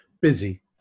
busy